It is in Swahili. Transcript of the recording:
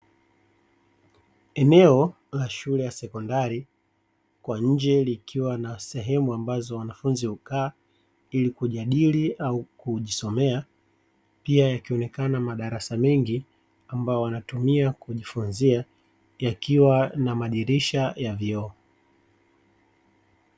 Eneo la shule ya sekondari, kwa nje likiwa na sehemu ambazo wanafunzi hukaa ili kujadili au kujisomea, pia yakionekana madarasa mengi ambayo wanatumia kujifunzia yakiwa na madirisha ya vioo.